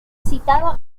citado